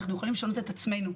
אנחנו יכולים לשנות את עצמנו.